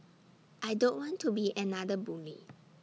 I don't want to be another bully